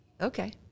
Okay